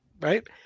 right